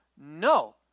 No